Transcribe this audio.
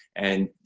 and,